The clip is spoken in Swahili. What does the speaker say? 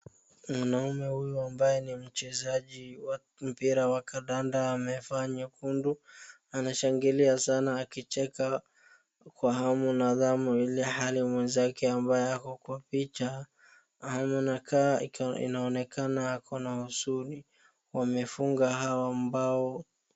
Mwanaume huyu ambaye ni mchezaji wa mpra wa kandanda amevaa nyekundu, anashangilia sana akicheka kwa hamu na ghamu ilhali mwenzake ambaye ako kwa picha anakaa inaonekana ako na huzuni, wamefunga hawa ambao.